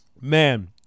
Man